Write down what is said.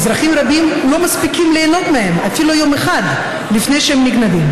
ואזרחים רבים לא מספיקים ליהנות מהם אפילו יום אחד לפני שהם נגנבים,